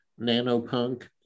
Nanopunk